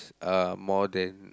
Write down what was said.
uh more than